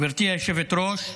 גברתי היושבת-ראש,